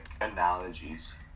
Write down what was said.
analogies